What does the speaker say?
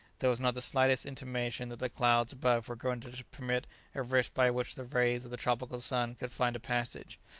there was not the slightest intimation that the clouds above were going to permit a rift by which the rays of the tropical sun could find a passage.